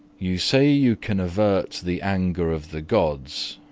you say you can avert the anger of the gods.